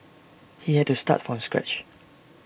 he had to start from scratch